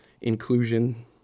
inclusion